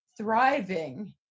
thriving